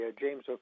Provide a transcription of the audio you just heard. James